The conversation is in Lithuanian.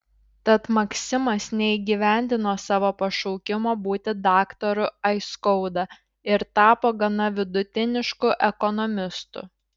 tad maksimas neįgyvendino savo pašaukimo būti daktaru aiskauda ir tapo gana vidutinišku ekonomistu